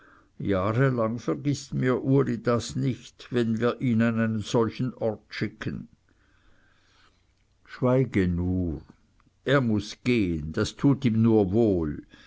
jahrelang vergißt mir uli das nicht wenn wir ihn an einen solchen ort schicken schweige nur er muß gehen das tut ihm nur wohl